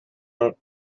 out